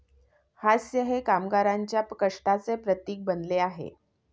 हास्य हे कामगारांच्या कष्टाचे प्रतीक बनले आहे